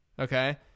Okay